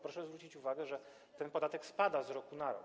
Proszę zwrócić uwagę, że ten podatek spada z roku na rok.